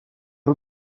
est